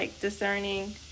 discerning